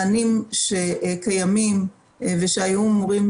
ונתחיל בהפללה כשכל הנושאים האלה לא מוסדרים